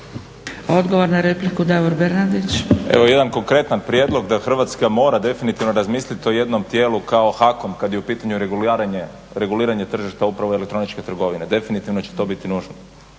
**Bernardić, Davor (SDP)** Evo jedan konkretan prijedlog da Hrvatska mora definitivno razmisliti o jednom dijelu kao HAKOM kada je u pitanju reguliranje tržišta upravo elektroničke trgovine, definitivno će to biti nužno.